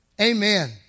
Amen